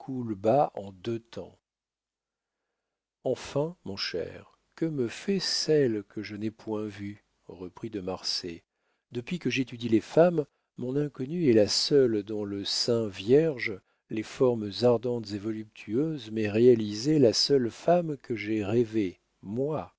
en deux temps enfin mon cher que me fait celle que je n'ai point vue reprit de marsay depuis que j'étudie les femmes mon inconnue est la seule dont le sein vierge les formes ardentes et voluptueuses m'aient réalisé la seule femme que j'aie rêvée moi